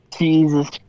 Jesus